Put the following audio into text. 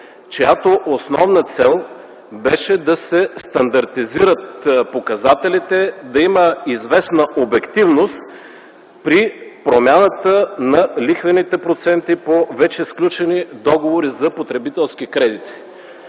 чиято основна цел беше да се стандартизират показателите, да има известна обективност при промяната на лихвените проценти по вече сключени договори за потребителски кредити.